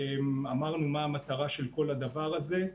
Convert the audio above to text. אמרנו מהי המטרה של כל הדבר הזה.